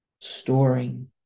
storing